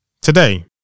Today